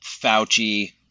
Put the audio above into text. Fauci